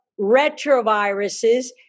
retroviruses